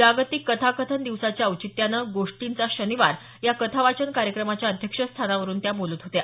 जागतिक कथाकथन दिवसाच्या औचित्यानं गोष्टींचा शनिवार या कथा वाचन कार्यक्रमाच्या अध्यक्षस्थानावरुन त्या बोलत होत्या